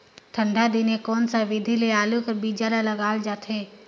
ठंडा दिने कोन सा विधि ले आलू कर बीजा ल लगाल जाथे?